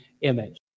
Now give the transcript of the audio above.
image